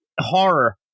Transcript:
horror